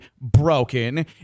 broken